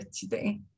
today